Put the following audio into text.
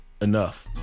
enough